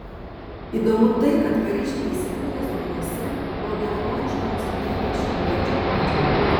įdomu tai kad kariškiai įsikūrę zokniuose buvo geranoriškai nusiteikę šiauliečių atžvilgiu